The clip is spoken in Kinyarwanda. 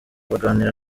baganira